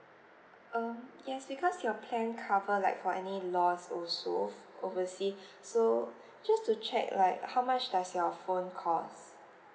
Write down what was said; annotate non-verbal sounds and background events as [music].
um yes because your plan cover like for any lost also oversea [breath] so just to check right how much does your phone cost